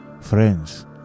friends